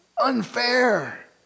Unfair